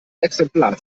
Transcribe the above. exemplar